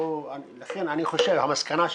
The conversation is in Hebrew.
לכן אני חושב, המסקנה שלי,